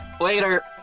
Later